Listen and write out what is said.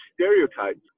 stereotypes